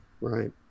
Right